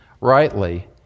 rightly